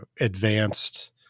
advanced